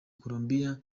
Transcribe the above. colombiya